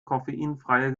koffeinfreie